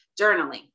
journaling